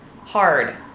hard